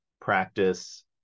practice